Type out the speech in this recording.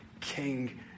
King